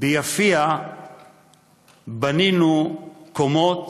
ביפיע בנינו קומות,